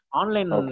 online